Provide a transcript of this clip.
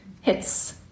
hits